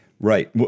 right